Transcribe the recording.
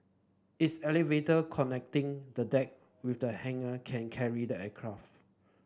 its elevator connecting the deck with the hangar can carry the aircraft